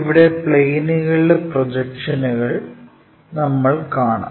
ഇവിടെ പ്ളേനുകളുടെ പ്രൊജക്ഷനുകൾ നമ്മൾ കാണും